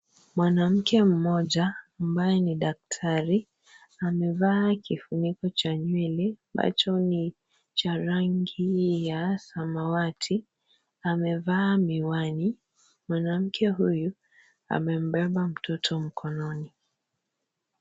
Mwanamke mmoja, ambaye ni daktari, amevaa kifuniko cha nywele, ambacho ni cha rangi, ni ya samawati, amevaa miwani ,mwanamke huyu, amembeba mtoto mkononi.